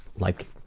like